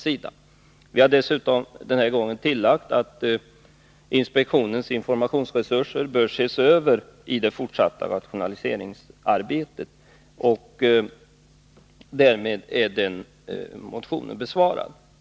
Vi har dessutom denna gång tillagt att inspektionens informationsresurser bör ses över i det fortsatta rationaliseringsarbetet. Därmed är motionen besvarad.